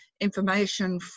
information